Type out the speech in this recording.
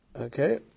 Okay